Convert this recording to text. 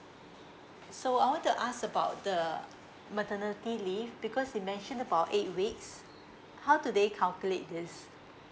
so I want to ask about the maternity leave because they mention about eight weeks how do they calculate this